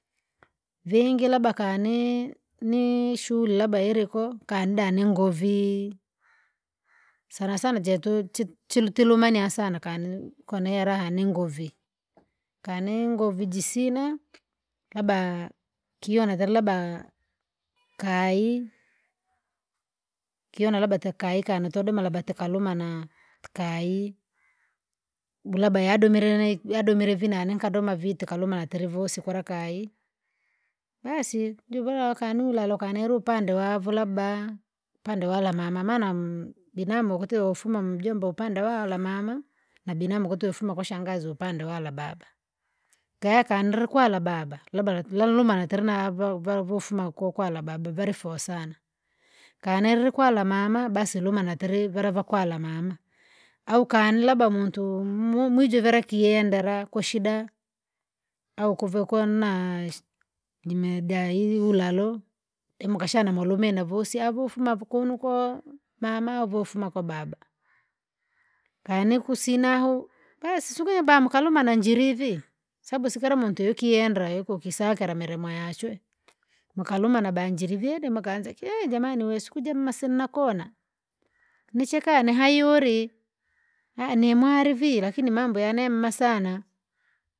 Vingi labda kane! Nishule labda iliko kanda ni ngoo vii, sanasana jatu chi- chitulima sana kani kone raha ni ngoo vi kani ngoo vii jisina labda kiona labda kayi, kiona labda takaikana twadoma labda tikalumana kayi, bu labda yadomelene yadomire vinani nkadoma viti kaluma na tilivosi kula kayi. Basi juvila waka nulalo kana ilupande vavu labda, upand wala mama maana m- binamu ukuti yofuma mjomba upande wala mama? Na binamu ukuti ufuma kwa shangazi upande wala baba, kera kandri kwala baba labda lat- lalumana tiri vao- valovofuma koo kwala baba vafoa sana. Kane lili kwala mama basi luma na tiri vala va kwala mama, au kane labda muntu mu- mwijuvile kiyendera kwashida, au kuve kwana si- jimedya iji ulalo, de mukashana mulume navosi avoufuma vukunukoo mama vofuma kwababa. kani kusina huu, basi sukija bamkalumana na njiri vii, sababu si kira muntu yokiendra yokokisakila milimo yachwe, mukalumana banjili vyedema kaanze ki jamani wesu kujema sina kona, nichekane nihaiyuli nimwari vii lakini yene mema sana.